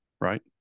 Right